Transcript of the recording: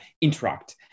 interact